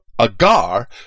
agar